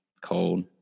cold